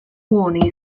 warning